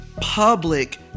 public